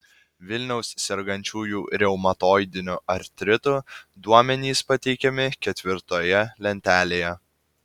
vilniaus sergančiųjų reumatoidiniu artritu duomenys pateikiami ketvirtoje lentelėje